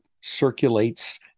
circulates